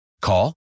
Call